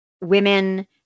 women